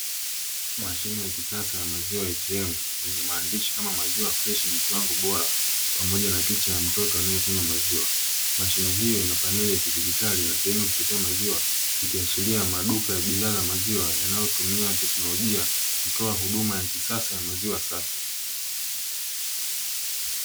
Mashine ya kisasa ya maziwa ya "ATM" yenye maandishi kama "Maziwa fresh" yenye kiwango bora pamoja na picha ya mtoto anayekunywa maziwa, mashine hiyo ina paneli ya kidigitali na sehemu ya kuchotea maziwa ikiashiria maduka ya bidhaa za maziwa inayotumia teknolojia kutoa huduma ya kisasa ya maziwa safi.